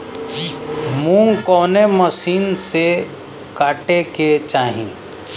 मूंग कवने मसीन से कांटेके चाही?